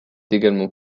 également